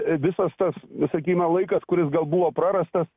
visas tas sakykime laikas kuris gal buvo prarastas